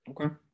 okay